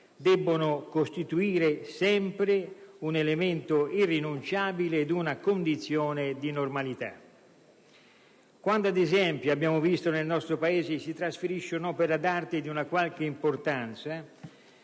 debbono costituire sempre un elemento irrinunciabile ed una condizione di normalità. Ad esempio, quando nel nostro Paese si trasferisce un'opera d'arte di una qualche importanza